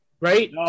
right